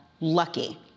Lucky